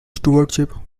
stewardship